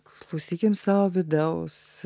klausykim savo vidaus